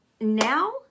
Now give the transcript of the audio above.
now